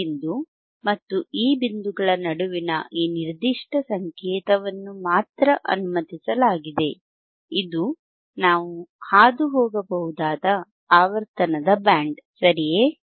ಈ ಬಿಂದು ಮತ್ತು ಈ ಬಿಂದುಗಳ ನಡುವಿನ ಈ ನಿರ್ದಿಷ್ಟ ಸಂಕೇತವನ್ನು ಮಾತ್ರ ಅನುಮತಿಸಲಾಗಿದೆ ಇದು ನಾವು ಹಾದುಹೋಗಬಹುದಾದ ಆವರ್ತನದ ಬ್ಯಾಂಡ್ ಸರಿಯೇ